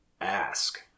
ask